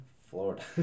Florida